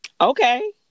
Okay